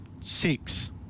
six